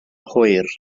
hwyr